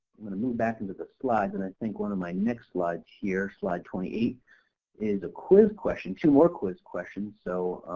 i'm going to move back into the slides and and think one of my next slides here, slide twenty eight is a quiz question, two more quiz questions. so